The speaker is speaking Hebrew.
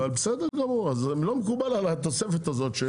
אבל בסדר גמור, אז לא מקובל עליי התוספת הזאת.